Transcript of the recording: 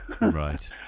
right